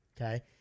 Okay